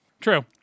True